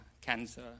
cancer